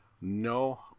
no